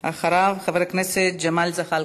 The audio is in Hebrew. אחריו, חבר הכנסת ג'מאל זחאלקה.